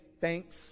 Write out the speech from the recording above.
thanks